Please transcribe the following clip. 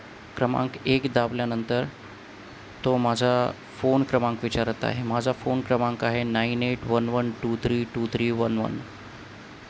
क्रमांक एक दाबल्यानंतर तो माझा फोन क्रमांक विचारत आहे माझा फोन क्रमांक आहे nine eight one one two three two three one one